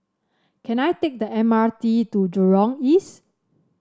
can I take the M R T to Jurong East